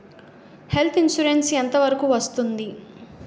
Health insurance ఎంత వరకు వస్తుంది?